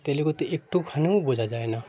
তেলেগুতে একটুখানেও বোঝা যায় না